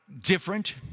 Different